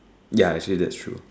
ya actually that's true